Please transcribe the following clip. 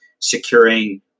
securing